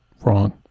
Wrong